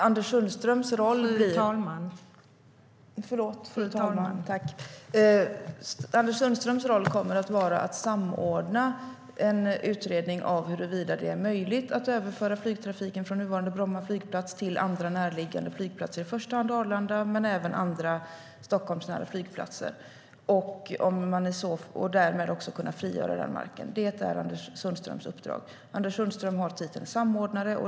Fru talman! Anders Sundströms roll kommer att vara att samordna en utredning om huruvida det är möjligt att överföra flygtrafiken från nuvarande Bromma flygplats till andra närliggande flygplatser, i första hand Arlanda men även andra Stockholmsnära flygplatser, och därmed också kunna frigöra marken där Bromma flygplats finns. Det är Anders Sundströms uppdrag. Anders Sundström har titeln samordnare.